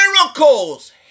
miracles